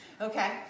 Okay